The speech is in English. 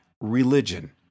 religion